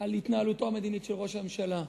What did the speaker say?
על התנהלותו המדינית של ראש הממשלה.